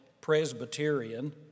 Presbyterian